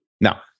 Now